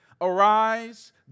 Arise